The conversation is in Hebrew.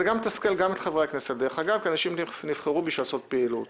זה מתסכל גם את חברי הכנסת כי אנשים נבחרו כדי לעשות פעילות.